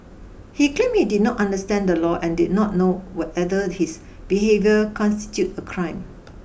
he claimed he did not understand the law and did not know whether his behaviour constituted a crime